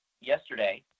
yesterday